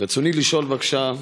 רצוני לשאול, בבקשה: